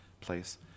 place